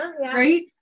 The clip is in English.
right